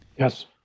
Yes